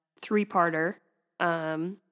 three-parter